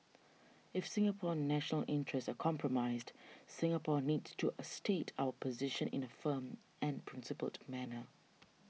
if Singapore's national interests are compromised Singapore needs to state our position in a firm and principled manner